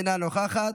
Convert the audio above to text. אינה נוכחת,